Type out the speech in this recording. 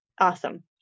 Awesome